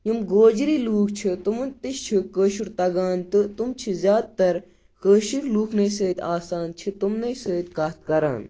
یِم گوجری لُکھ چھِ تِمَن تہِ چھُ کٲشُر تگان تہٕ تِم چھِ زیادٕ تَر کٲشِر لُکنٕے سۭتۍ آسان چھِ تِمنٕے سۭتۍ کَتھ کَران